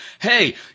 hey